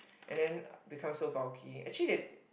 and then become so bulky actually they